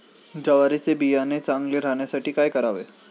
ज्वारीचे बियाणे चांगले राहण्यासाठी काय करावे?